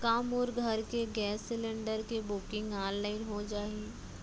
का मोर घर के गैस सिलेंडर के बुकिंग ऑनलाइन हो जाही?